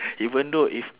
even though if